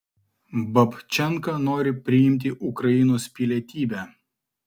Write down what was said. babčenka nori priimti ukrainos pilietybę